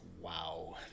wow